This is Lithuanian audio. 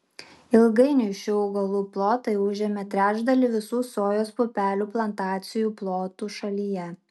ilgainiui šių augalų plotai užėmė trečdalį visų sojos pupelių plantacijų plotų šalyje